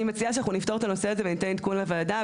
אני מציעה שאנחנו נפתור את הנושא הזה וניתן עדכון לוועדה.